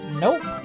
nope